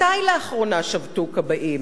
מתי לאחרונה שבתו כבאים?